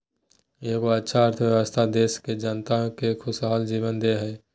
एगो अच्छा अर्थव्यवस्था देश के जनता के खुशहाल जीवन दे हइ